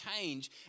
change